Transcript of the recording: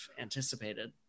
anticipated